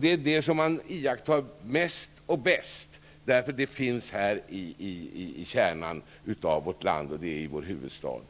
Det är Kronobergshäktet som iakttas mest och bäst, därför att det finns i kärnan av vårt land, i huvudstaden.